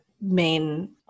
main